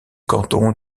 canton